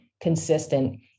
consistent